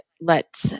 let